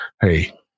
hey